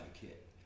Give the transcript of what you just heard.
kit